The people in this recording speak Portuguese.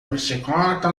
bicicleta